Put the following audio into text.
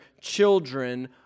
children